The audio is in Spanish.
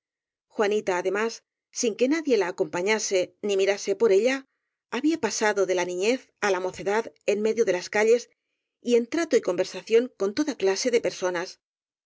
juanita además sin que nadie la acompañase ni mirase por ella había pa sado de la niñez á la mocedad en medio de las ca lles y en trato y conversación con toda clase de personas